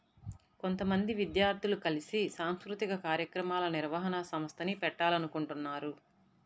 కొంతమంది విద్యార్థులు కలిసి సాంస్కృతిక కార్యక్రమాల నిర్వహణ సంస్థని పెట్టాలనుకుంటన్నారు